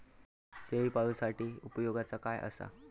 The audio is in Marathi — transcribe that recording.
शेळीपाळूसाठी उपयोगाचा काय असा?